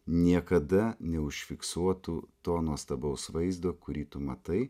niekada neužfiksuotų to nuostabaus vaizdo kurį tu matai